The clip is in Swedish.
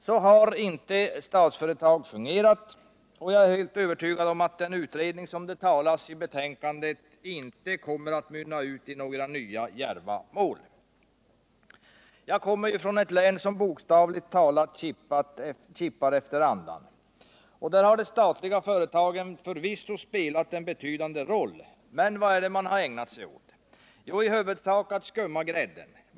Så har inte Statsföretag fungerat, och jag är helt övertygad om att den utredning som det talas om i betänkandet inte kommer att mynna ut i några 187 Jag kommer från ett län som bokstavligen talat kippar efter andan. De statliga företagen har förvisso spelat en betydande roll, men vad är det man har ägnat sig åt? Jo, att i huvudsak skumma av grädden.